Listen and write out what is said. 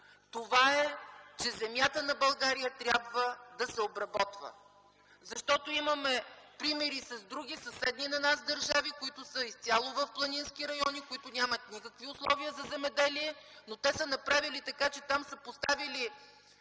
това е, че земята на България трябва да се обработва. Защото имаме примери с други съседни на нас държави, които са изцяло в планински райони, които нямат никакви условия за земеделие, но те са направили така, че там са поставили